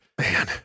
man